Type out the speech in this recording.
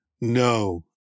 No